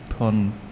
On